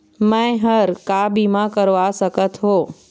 मैं हर का बीमा करवा सकत हो?